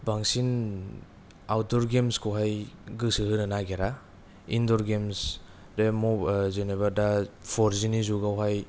बांसिन आउटदुर गेम्सखौहाय गोसो होनो नागिरा इन्दुर गेम्स बे मब जेनबा दा पर जिनि जुगावहाय